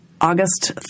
August